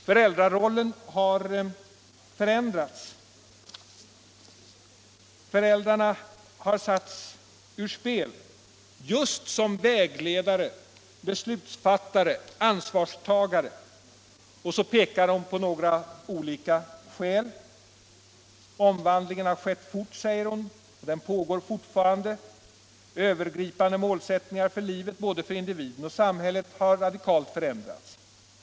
Föräldrarollen har förändrats, föräldrarna har satts ur spel just som vägledare, beslutsfattare, ansvarstagare. Och så pekar hon på några olika skäl: ”Omvandlingen skedde fort och den pågår fortfarande. Övergripande målsättningar för livet, både för individen och samhället, har också radikalt förändrats.